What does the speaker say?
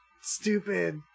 stupid